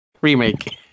remake